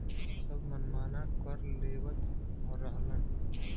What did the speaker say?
सब मनमाना कर लेवत रहलन